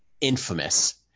infamous